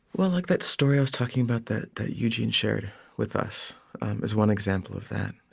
well, like that story i was talking about that that eugene shared with us is one example of that.